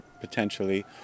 potentially